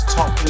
Top